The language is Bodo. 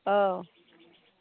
औ